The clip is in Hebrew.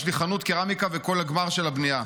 יש לי חנות קרמיקה וכל הגמר של הבנייה.